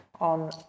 on